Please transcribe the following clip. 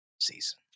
season